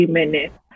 minutes